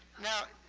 now,